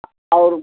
और